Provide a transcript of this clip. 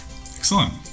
Excellent